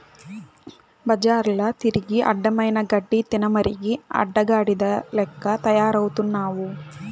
బజార్ల తిరిగి అడ్డమైన గడ్డి తినమరిగి అడ్డగాడిద లెక్క తయారవుతున్నావు